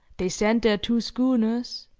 they sent there two schooners,